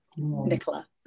Nicola